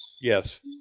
Yes